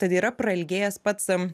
tad yra prailgėjęs pats